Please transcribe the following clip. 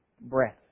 breath